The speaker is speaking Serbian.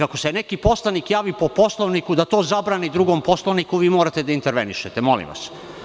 Ako se neki poslanik javi po Poslovniku da to zabrani drugom poslaniku vi morate da intervenišete, molim vas.